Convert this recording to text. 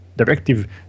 directive